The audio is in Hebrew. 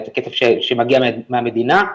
אבל זה כסף שמגיע להם מהמדינה,